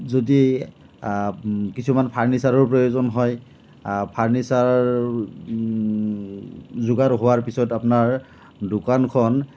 যদি কিছুমান ফাৰ্নিচাৰৰ প্ৰয়োজন হয় ফাৰ্নিচাৰ যোগাৰ হোৱাৰ পিছত আপোনাৰ দোকানখন